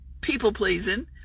people-pleasing